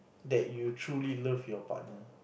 that you truly love your partner